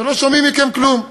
ולא שומעים מכם כלום.